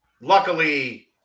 luckily